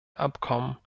abkommen